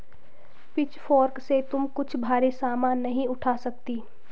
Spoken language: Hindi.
पिचफोर्क से तुम कुछ भारी सामान नहीं उठा सकती